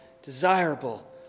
Desirable